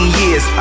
years